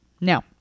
Now